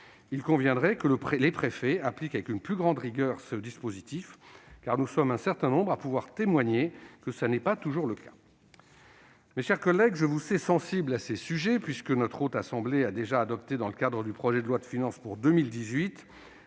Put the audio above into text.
Il conviendrait donc que les préfets l'appliquent avec une plus grande rigueur ce dispositif. Nous sommes un certain nombre à pouvoir témoigner que ce n'est pas toujours le cas ! Mes chers collègues, je vous sais sensible à ces sujets, puisque notre Haute Assemblée a déjà adopté dans le cadre du projet de loi de finances pour 2018